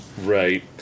right